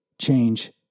change